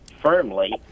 firmly